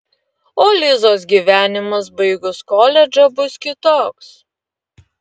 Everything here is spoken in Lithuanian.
o lizos gyvenimas baigus koledžą bus kitoks